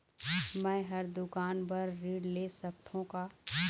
मैं हर दुकान बर ऋण ले सकथों का?